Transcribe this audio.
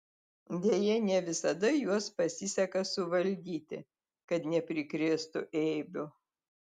deja ne visada juos pasiseka suvaldyti kad neprikrėstų eibių